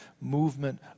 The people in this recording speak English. movement